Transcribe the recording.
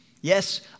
Yes